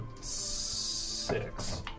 six